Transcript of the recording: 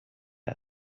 wer